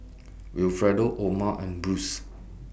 Wilfredo Oma and Bruce